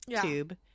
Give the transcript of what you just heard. tube